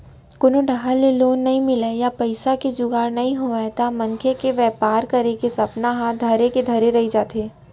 कोनो डाहर ले लोन नइ मिलय या पइसा के जुगाड़ नइ होवय त मनसे के बेपार करे के सपना ह धरे के धरे रही जाथे